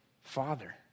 Father